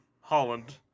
Holland